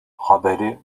haberi